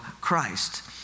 Christ